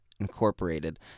Incorporated